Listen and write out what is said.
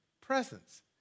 presence